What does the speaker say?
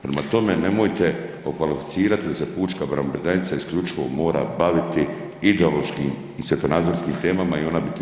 Prema tome, nemojte okvalificirati da se pučka pravobraniteljica isključivo mora baviti ideološkim i svjetonazorskim temama i ona bi